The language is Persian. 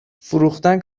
فروختن